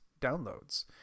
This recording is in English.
downloads